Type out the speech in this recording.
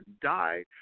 die